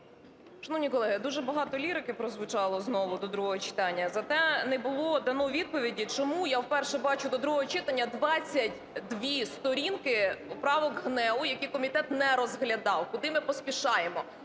Шановні колеги, дуже багато лірики прозвучало знову до другого читання, зате не було дано відповіді, чому я вперше бачу до другого читання 22 сторінки правок ГНЕУ, які комітет не розглядав. Куди ми поспішаємо?